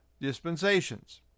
dispensations